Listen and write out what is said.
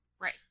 Right